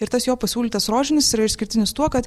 ir tas jo pasiūlytas rožinis yra išskirtinis tuo kad